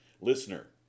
Listener